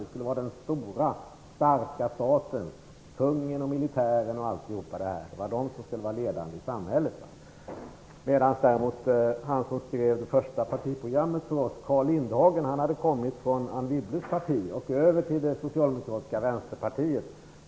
Det skulle vara den stora starka staten, kungen och militären, som skulle vara ledande i samhället. Däremot hade han som skrev första partiprogrammet åt oss, Carl Lindhagen, kommit från Anne Wibbles parti och över till det socialdemokratiska vänsterpartiet.